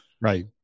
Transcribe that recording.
Right